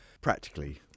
practically